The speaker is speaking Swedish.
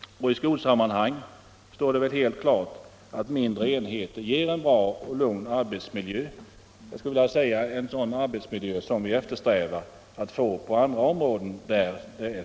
I skolsammanhang står det väl helt klart att mindre enheter ger en bra och lugn arbetsmiljö.